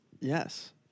Yes